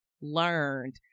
learned